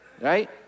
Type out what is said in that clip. right